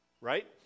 right